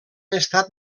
estat